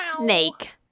Snake